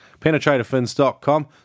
penetratorfins.com